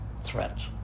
threats